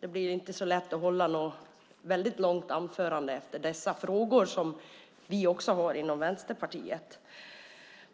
Det blir inte så lätt att hålla ett långt anförande om dessa frågor som vi också driver i Vänsterpartiet.